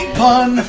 pun